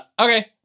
okay